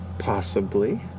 possibly.